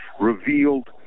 revealed